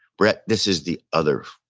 brett, this is the other,